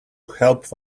help